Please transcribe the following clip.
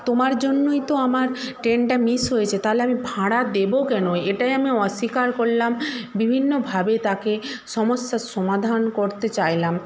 তোমার জন্যই তো আমার ট্রেনটা মিস হয়েছে তাহলে আমি ভাড়া দেবো কেন এটাই আমি অস্বীকার করলাম বিভিন্নভাবে তাকে সমস্যার সমাধান করতে চাইলাম